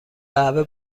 قهوه